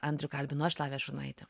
andrių kalbinu aš lavija šurnaitė